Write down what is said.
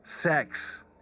sex